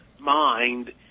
mind